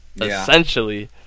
Essentially